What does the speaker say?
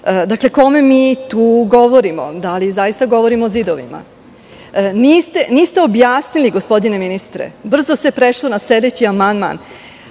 Dakle, kome mi tu govorimo? Da li zaista govorimo zidovima? Niste objasnili, gospodine ministre. Brzo ste prešli na sledeći amandman.